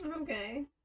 Okay